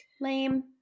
Lame